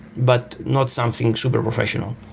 but not something super professional.